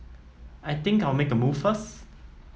I think I'll make a move first